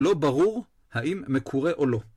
לא ברור האם מקורה או לא.